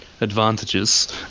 advantages